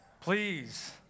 please